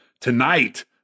tonight